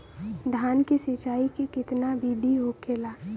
धान की सिंचाई की कितना बिदी होखेला?